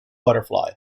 butterfly